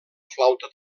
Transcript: flauta